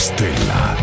Stella